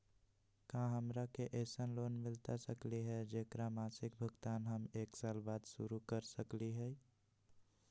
का हमरा के ऐसन लोन मिलता सकली है, जेकर मासिक भुगतान हम एक साल बाद शुरू कर सकली हई?